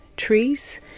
trees